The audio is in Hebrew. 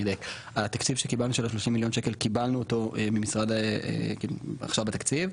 התקציב שקיבלנו של 30 מיליון שקלים קיבלנו אותו עכשיו בתקציב.